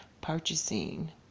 purchasing